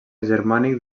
germànic